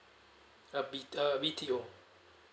yup B uh B_T_O